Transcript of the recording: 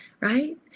right